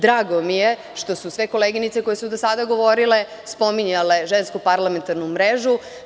Drago mi je što su sve koleginice, koje su do sada govorile, spominjale Žensku parlamentarnu mrežu.